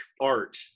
art